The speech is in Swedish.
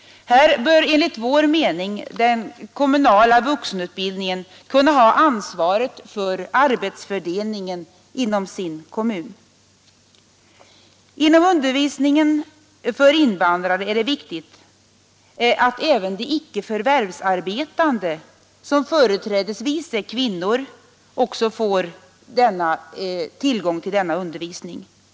Här bör enligt vår mening den kommunala vuxenutbildningen kunna ha ansvaret för arbetsfördelningen inom kommunen. Det är viktigt att även de icke förvärvsarbetande invandrarna, som företrädesvis är kvinnor, får tillgång till undervisningen för invandrare.